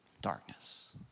darkness